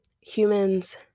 humans